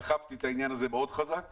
דחפתי את העניין הזה חזק מאוד,